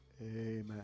Amen